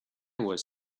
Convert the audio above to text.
was